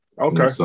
Okay